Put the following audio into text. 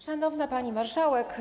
Szanowna Pani Marszałek!